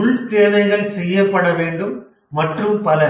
உள் தேவைகள் செய்யப்பட வேண்டும் மற்றும் பல